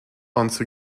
once